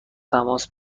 تماس